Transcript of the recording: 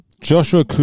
Joshua